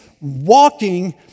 walking